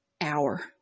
hour